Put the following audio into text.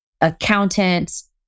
accountants